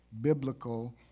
biblical